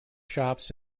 shops